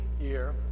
year